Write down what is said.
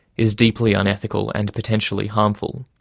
is deeply unethical and potentially harmful.